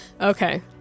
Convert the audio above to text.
Okay